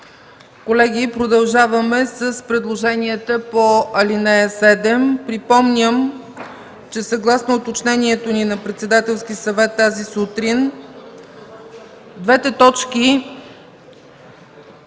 Колеги, продължаваме с предложенията по ал. 7. Припомням, че съгласно уточнението ни на Председателския съвет тази сутрин, ще бъде